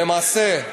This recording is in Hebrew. למעשה,